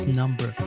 number